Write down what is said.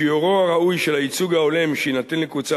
שיעורו הראוי של הייצוג ההולם שיינתן לקבוצה